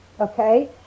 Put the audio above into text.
Okay